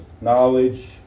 knowledge